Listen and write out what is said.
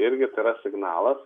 irgi tai yra signalas